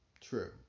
True